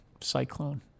cyclone